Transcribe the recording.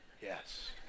Yes